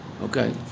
Okay